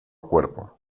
cuerpo